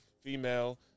female